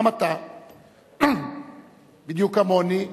בדיוק כמוני,